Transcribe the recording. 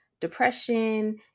depression